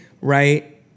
right